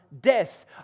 death